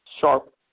sharp